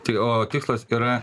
tai o tikslas yra